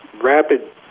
rapid